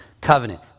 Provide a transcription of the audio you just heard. Covenant